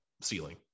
ceiling